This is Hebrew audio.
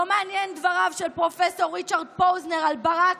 לא מעניינים דבריו של פרופ' ריצ'רד פוזנר על ברק: